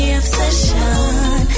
obsession